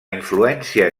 influència